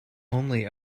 only